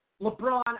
LeBron